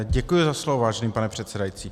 Děkuji za slovo, vážený pane předsedající.